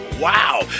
Wow